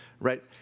right